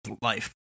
life